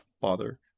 bother